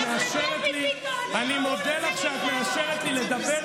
האם אדוני מאפשר לי לענות?